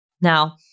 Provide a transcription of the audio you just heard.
Now